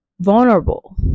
vulnerable